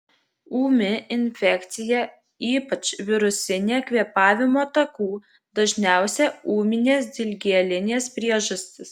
ūmi infekcija ypač virusinė kvėpavimo takų dažniausia ūminės dilgėlinės priežastis